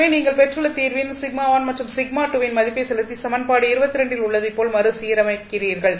எனவே நீங்கள் பெற்றுள்ள தீர்வின் மாற்றும் வின் மதிப்பை செலுத்தி சமன்பாடு ல் உள்ளதைப் போல மறுசீரமைக்கிறீர்கள்